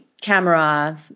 camera